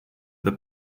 the